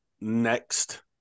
next